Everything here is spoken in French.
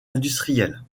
industrielle